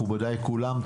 מכובדיי כולם,